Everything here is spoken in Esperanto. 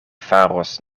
faros